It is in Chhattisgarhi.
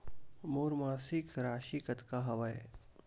मोर मासिक राशि कतका हवय?